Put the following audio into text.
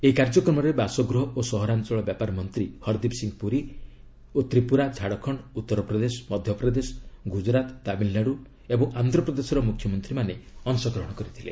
ଏହି କାର୍ଯ୍ୟକ୍ରମରେ ବାସଗୃହ ଓ ସହରାଞ୍ଚଳ ବ୍ୟାପାର ମନ୍ତ୍ରୀ ହରଦୀପ୍ ସିଂହ ପୁରୀ ଓ ତ୍ରିପୁରା ଝାଡ଼ଖଣ୍ଡ ଉତ୍ତର ପ୍ରଦେଶ ମଧ୍ୟପ୍ରଦେଶ ଗୁଜୁରାତ୍ ତାମିଲ୍ନାଡୁ ଓ ଆନ୍ଧ୍ରପ୍ରଦେଶର ମୁଖ୍ୟମନ୍ତ୍ରୀମାନେ ଅଂଶଗ୍ରହଣ କରିଥିଲେ